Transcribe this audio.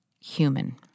human